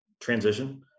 transition